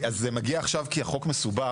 זה מגיע עכשיו כי החוק מסובך.